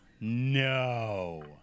No